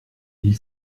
ils